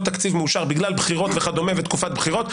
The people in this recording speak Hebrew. תקציב מאושר בגלל בחירות וכדומה ותקופת בחירות,